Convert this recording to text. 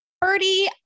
Birdie